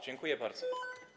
Dziękuję bardzo.